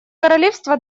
королевство